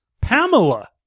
Pamela